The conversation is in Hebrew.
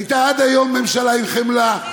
הייתה עד היום ממשלה עם חמלה.